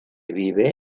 vive